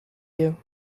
you